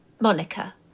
Monica